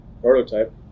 prototype